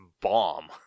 bomb